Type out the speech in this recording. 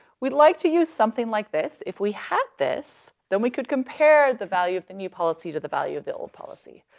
we'd like to use something like this. if we had this, then we could compare the value of the new policy to the value of the old policy.